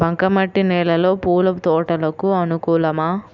బంక మట్టి నేలలో పూల తోటలకు అనుకూలమా?